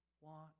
Want